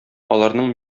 аларның